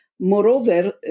Moreover